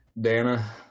Dana